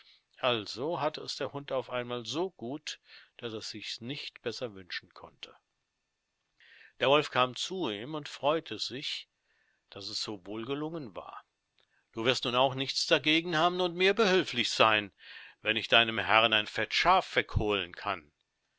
also hatte es der hund auf einmal so gut daß er sichs nicht besser wünschen konnte der wolf kam zu ihm und freute sich daß es so wohl gelungen war du wirst nun auch nichts dagegen haben und mir behülflich seyn wenn ich deinem herrn ein fett schaf wegholen kann